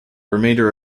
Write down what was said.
remainder